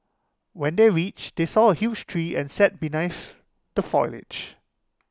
when they reached they saw A huge tree and sat beneath the foliage